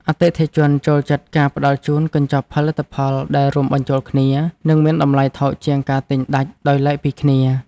អតិថិជនចូលចិត្តការផ្តល់ជូនកញ្ចប់ផលិតផលដែលរួមបញ្ចូលគ្នា និងមានតម្លៃថោកជាងការទិញដាច់ដោយឡែកពីគ្នា។